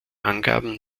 angaben